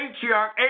patriarch